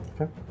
Okay